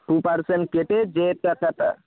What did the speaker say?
two percent কেটে যে টাকাটা